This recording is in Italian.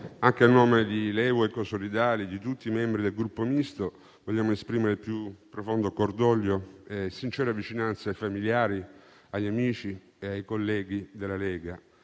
anche a nome di LeU-Ecosolidali e di tutti i membri del Gruppo Misto voglio esprimere il più profondo cordoglio e sincera vicinanza ai familiari, agli amici e ai colleghi della Lega